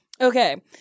Okay